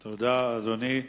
תודה, אדוני.